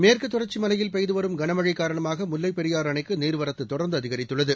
மேற்குத் தொடர்ச்சி மலையில் பெய்துவரும் கனமழை காரணமாக முல்லைப் பெரியாறு அணைக்கு நீர்வரத்து தொடர்ந்து அதிகரித்துள்ளது